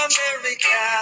America